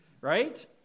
right